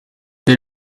they